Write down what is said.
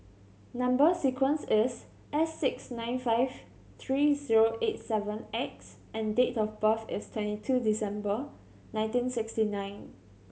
number sequence is S six nine five three zero eight seven X and date of birth is twenty two December nineteen sixty nine